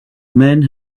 men